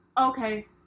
okay